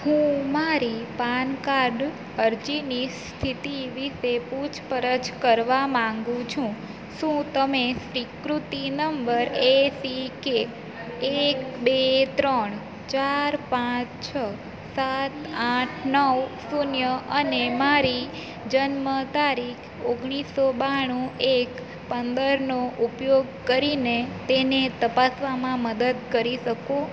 હું મારી પાનકાર્ડ અરજીની સ્થિતિ વિષે પૂછપરછ કરવા માગું છું શું તમે સ્વીકૃતિ નંબર એ સિ કે એક બે ત્રણ ચાર પાંચ છ સાત આઠ નવ શૂન્ય અને મારી જન્મ તારીખ ઓગણીસો બાણું એક પંદરનો ઉપયોગ કરીને તેને તપાસવામાં મદદ કરી શકું